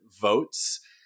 votes